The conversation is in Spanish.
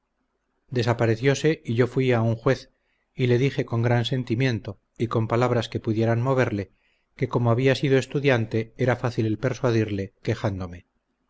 prenda desapareciose y yo fuí a un juez y le dije con gran sentimiento y palabras que pudieran moverle que como había sido estudiante era fácil el persuadirle quejándome